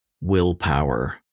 willpower